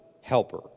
helper